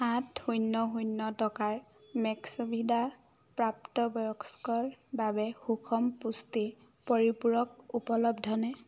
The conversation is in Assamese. সাত শূন্য শূন্য টকাৰ মেক্স'ভিদা প্ৰাপ্তবয়স্কৰ বাবে সুষম পুষ্টি পৰিপূৰক উপলব্ধনে